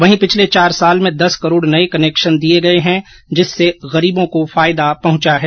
वहीं पिछले चार साल में दस करोड नये कनेक्शन दिए गए हैं जिससे गरीबों को फायदा पह ंचा है